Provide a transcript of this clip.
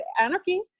anarchy